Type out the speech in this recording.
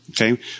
Okay